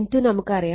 N2 നമുക്കറിയാം